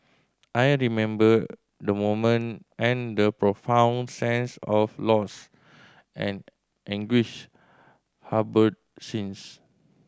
I remember the moment and the profound sense of loss and anguish harboured since